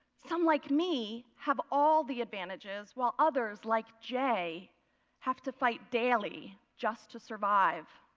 some like me have all the advantages while others like jay have to fight daily just to survive.